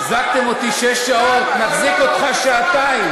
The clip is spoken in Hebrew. החזקתם אותי שש שעות, נחזיק אותך שעתיים.